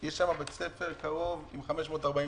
יש בית ספר סמוך עם 540 תלמידים,